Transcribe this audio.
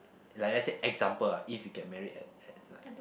like let's set example lah if you can marry at at like